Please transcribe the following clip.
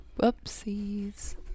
Whoopsies